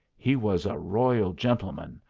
he was a royal gentleman,